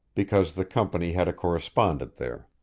because the company had a correspondent there.